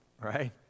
right